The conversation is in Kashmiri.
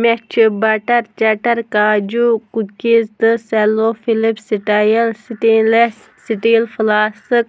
مےٚ چھِ بَٹَر چَٹَر کاجوٗ کُکیٖز تہٕ Cello flip style stainless steel flask